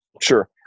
Sure